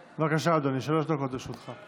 בבקשה, אדוני, שלוש דקות לרשותך.